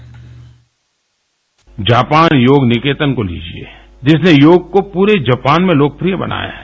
bite Japan Yog Niketan को लीजिए जिसने योग को प्ररे जापान में लोकप्रिय बनाया है